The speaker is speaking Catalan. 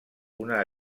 una